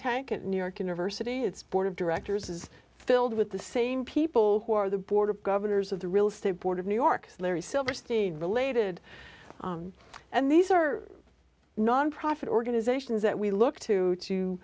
tank at new york university its board of directors is filled with the same people who are the board of governors of the real estate board of new york larry silverstein related and these are nonprofit organizations that we look to to